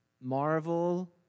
Marvel